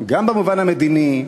גם במובן המדיני,